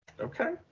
okay